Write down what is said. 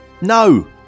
No